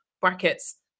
brackets